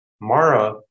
Mara